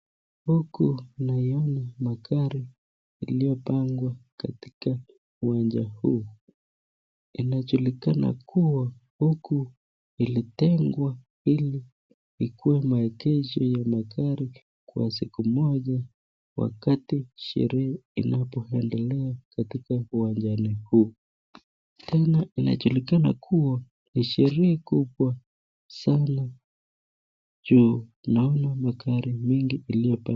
Huku tunaiona magari yalipangwa katika uwanja huu. Inajulikana kuwa huu ilitengwa ikuwe maegesho ya magari kwa siku moja wakati sherehe inapoendela katika uwanjani huu. Tena inajulikana kuwa ni sherehe kubwa sana ju naona magari magari mingi iliyopaki.